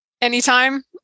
anytime